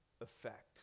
effect